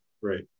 Right